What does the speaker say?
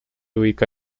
ubica